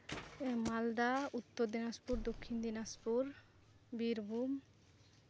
Malda Uttar Dinajpur Dakshin Dinajpur Birbhum